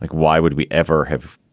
like why would we ever have?